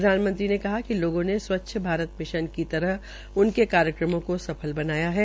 प्रधानमंत्री ने कहा कि लोगों ने स्वच्छ भारत मिशन की तहत उनके कार्यक्रमों को सफल बनाया है